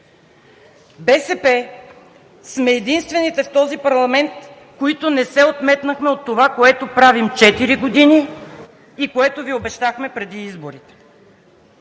БСП сме единствените в този парламент, които не се отметнахме от това, което правим четири години и което Ви обещахме преди изборите.